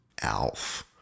Alf